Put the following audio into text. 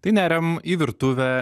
tai neriam į virtuvę